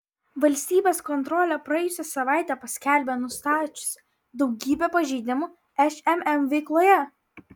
valstybės kontrolė praėjusią savaitę paskelbė nustačiusi daugybę pažeidimų šmm veikloje